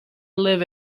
live